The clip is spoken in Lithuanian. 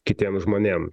kitiem žmonėm